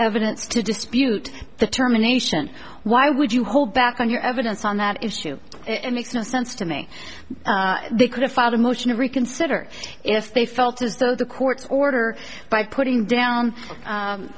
evidence to dispute the terminations why would you hold back on your evidence on that issue it makes no sense to me they could have filed a motion to reconsider if they felt as though the court's order by putting down